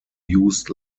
used